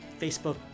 Facebook